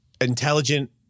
intelligent